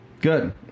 Good